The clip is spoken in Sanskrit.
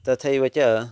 तथैव च